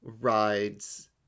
rides